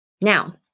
Now